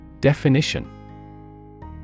Definition